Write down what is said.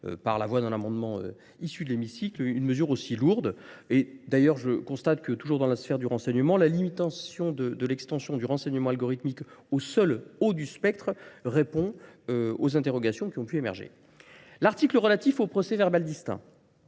par la voix d'un amendement issu de l'hémicycle une mesure aussi lourde. Et d'ailleurs je constate que toujours dans la sphère du renseignement, la limitation de l'extension du renseignement algorithmique au seul haut du spectre répond aux interrogations qui ont pu émerger. L'article relatif au procès verbal distinct.